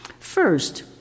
First